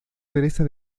teresa